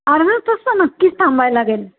अर्धा तास तर नक्कीच थांबाय लागेल